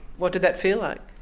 what did that feel like?